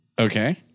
Okay